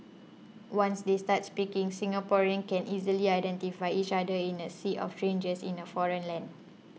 once they start speaking Singaporeans can easily identify each other in a sea of strangers in a foreign land